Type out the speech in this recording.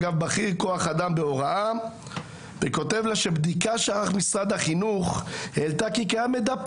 אגף בכיר כוח אדם חקירה העלתה כי יש אחד,